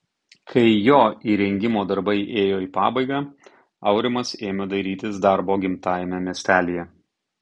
kai jo įrengimo darbai ėjo į pabaigą aurimas ėmė dairytis darbo gimtajame miestelyje